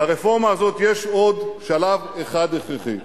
לרפורמה הזאת יש עוד שלב אחד הכרחי,